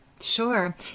Sure